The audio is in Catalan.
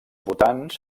votants